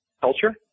culture